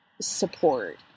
support